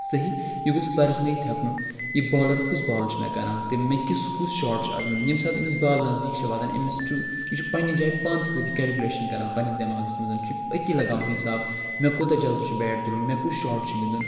صحیح یہِ گوٚژھ پَرزٕنٲیِتھ ہٮ۪کُن یہِ بالَر کُس بال چھُ مےٚ کران تہٕ مےٚ کِس کُس شاٹ چھِ اَتھ گِنٛدُن ییٚمہِ ساتہٕ أمِس بال نزدیٖک چھےٚ واتان أمِس چھُ یہِ چھُ پَنٛنہِ جایہِ پانہٕ سۭتی کٮ۪لکُلیشَن کران پَنٛنِس دٮ۪ماغَس منٛز چھُ أتی لگاوان حِساب مےٚ کوٗتاہ جلدی چھُ بیٹ تُلُن مےٚ کُس شاٹ چھِ گِنٛدُن